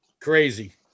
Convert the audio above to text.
crazy